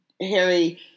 Harry